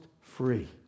free